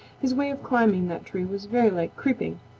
his way of climbing that tree was very like creeping,